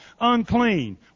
unclean